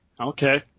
Okay